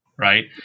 Right